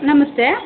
ನಮಸ್ತೆ